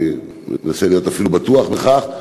ואני מנסה אפילו להיות בטוח בכך,